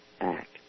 act